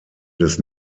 des